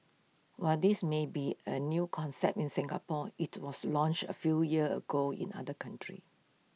while this may be A new concept in Singapore IT was launched A few years ago in other countries